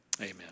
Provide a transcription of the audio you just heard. Amen